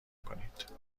کنید